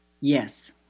yes